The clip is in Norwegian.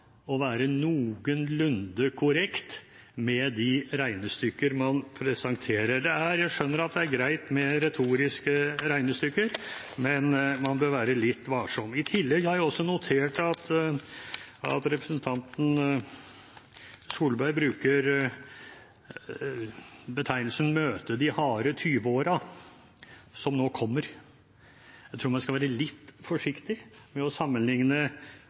å være noenlunde korrekt med de regnestykkene man presenterer. Jeg skjønner at det er greit med retoriske regnestykker, men man bør være litt varsom. I tillegg har jeg notert meg at representanten Tvedt Solberg bruker betegnelsen «de harde 20-årene» om årene som nå kommer. Jeg tror man skal være litt forsiktig med å sammenligne